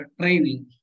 training